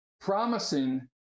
promising